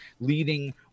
leading